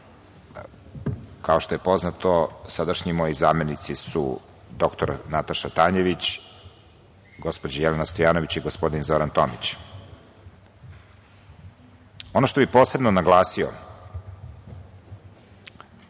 kao što je poznato sadašnji moj zamenici su dr Nataša Tanjević, gospođa Jelena Stojanović i gospodin Zoran Tomić. Ono što bih posebno naglasio